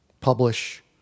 publish